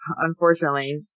unfortunately